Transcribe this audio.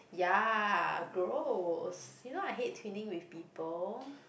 ya gross you know I hate twinning with people